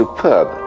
Superb